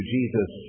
Jesus